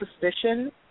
suspicion